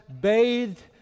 bathed